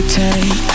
take